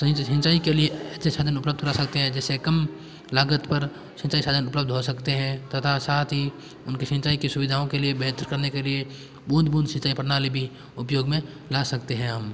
सिंचाई के लिए अच्छे साधान उपलब्ध करा सकते हैं जैसे कम लागत पर सिंचाई साधन उपलब्ध सकते हैं तथा साथ ही उनके सिंचाई की सुविधाओं के लिए बेहतर करने के लिए बूँद बूँद सिंचाई प्रणाली भी उपयोग में ले सकते हैं हम